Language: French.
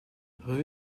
revue